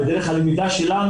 המלצה מיידית,